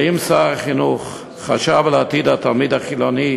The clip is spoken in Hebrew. האם שר החינוך חשב על עתיד התלמיד החילוני,